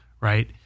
right